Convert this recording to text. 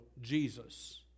Jesus